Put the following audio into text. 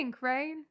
right